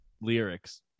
lyrics